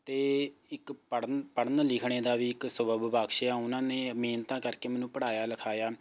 ਅਤੇ ਇੱਕ ਪੜ੍ਹਨ ਪੜ੍ਹਨ ਲਿਖਣੇ ਦਾ ਵੀ ਇੱਕ ਸਬੱਬ ਬਖਸ਼ਿਆ ਉਹਨਾਂ ਨੇ ਮਿਹਨਤ ਕਰਕੇ ਮੈਨੂੰ ਪੜ੍ਹਾਇਆ ਲਿਖਾਇਆ